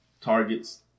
targets